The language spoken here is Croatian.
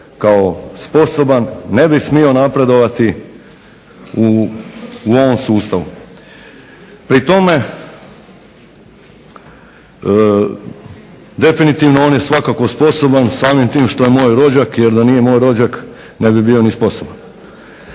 kao sposoban ne bi smio napredovati u ovom sustavu? Pri tome definitivno on je svakako sposoban samim tim što je moj rođak jer da nije moj rođak ne bi bio ni sposoban.